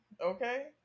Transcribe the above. Okay